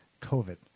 COVID